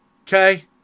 okay